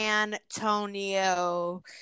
Antonio